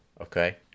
Okay